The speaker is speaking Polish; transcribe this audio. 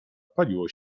paliło